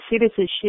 citizenship